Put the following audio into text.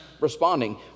responding